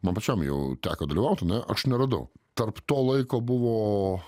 man pačiam jau teko dalyvauti ane aš neradau tarp to laiko buvo